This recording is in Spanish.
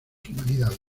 humanidades